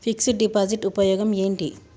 Fix డ్ deposit ఉపయోగం ఏంటి?